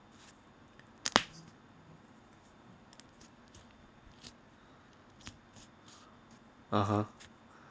uh ha